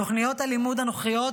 תוכניות הלימוד הנוכחיות,